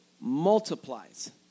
multiplies